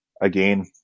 Again